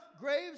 graves